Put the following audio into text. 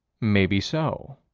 may be so.